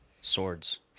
swords